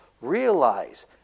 Realize